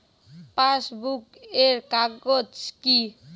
Passbook এর কাজ কি?